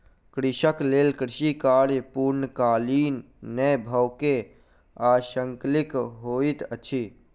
कृषक लेल कृषि कार्य पूर्णकालीक नै भअ के अंशकालिक होइत अछि